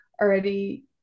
already